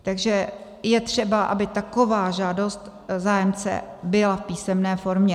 Takže je třeba, aby taková žádost zájemce byla v písemné formě.